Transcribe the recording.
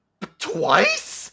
twice